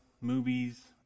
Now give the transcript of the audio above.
movies